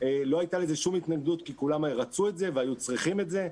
לא הייתה לזה שום התנגדות כי כולם רצו את זה והיו צריכים את זה.